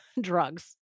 drugs